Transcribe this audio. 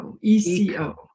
eco